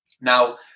Now